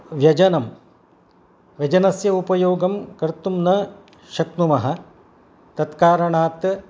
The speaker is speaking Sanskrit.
व्यजनं व्यजनस्य उपयोगं कर्तुं न शक्नुमः तत्कारणात्